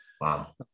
Wow